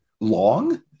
long